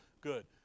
good